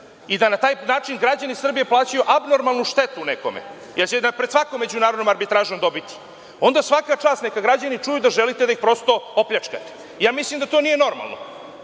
i da na taj način građani Srbije plaćaju abnormalnu štetu nekom, jer će pred svakom međunarodnom arbitražom dobiti, onda svaka čast, neka građani čuju da želite da ih prosto opljačkate. Mislim da to nije normalno.